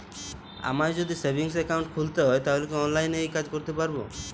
আমায় যদি savings account খুলতে হয় তাহলে কি অনলাইনে এই কাজ করতে পারবো?